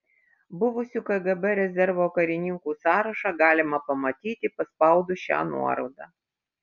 buvusių kgb rezervo karininkų sąrašą galima pamatyti paspaudus šią nuorodą